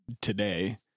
today